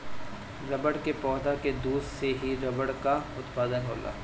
रबड़ के पौधा के दूध से ही रबड़ कअ उत्पादन होला